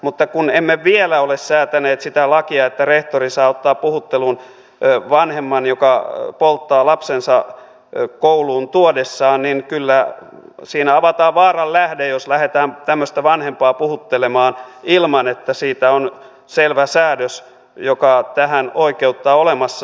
mutta kun emme vielä ole säätäneet sitä lakia että rehtori saa ottaa puhutteluun vanhemman joka polttaa lapsensa kouluun tuodessaan niin kyllä siinä avataan vaaran lähde jos lähdetään tämmöistä vanhempaa puhuttelemaan ilman että siitä on olemassa selvä säädös joka tähän oikeuttaa